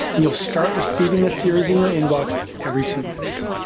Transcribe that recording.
and will start receiving the series in your inbox every two weeks.